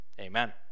Amen